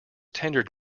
tendered